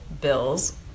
bills